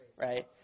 right